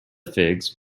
figs